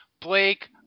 Blake